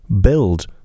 build